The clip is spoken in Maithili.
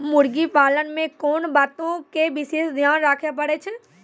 मुर्गी पालन मे कोंन बातो के विशेष ध्यान रखे पड़ै छै?